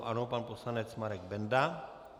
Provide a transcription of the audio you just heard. Ano, pan poslanec Marek Benda.